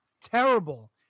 terrible